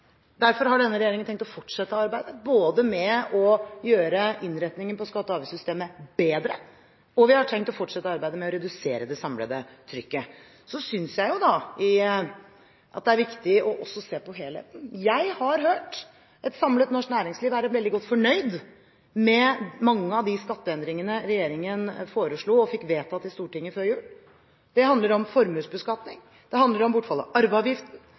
Derfor har denne regjeringen tenkt å fortsette arbeidet med å gjøre innretningen på skatte- og avgiftssystemet bedre, og vi har tenkt å fortsette arbeidet med å redusere det samlede trykket. Jeg synes det er viktig også å se på helheten. Jeg har hørt et samlet norsk næringsliv være veldig godt fornøyd med mange av de skatteendringene regjeringen foreslo og fikk vedtatt i Stortinget før jul. Det handler om formuesbeskatning, om bortfall av arveavgiften